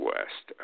West